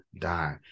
die